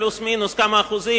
פלוס מינוס כמה אחוזים,